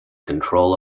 control